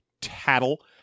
tattle